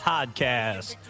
Podcast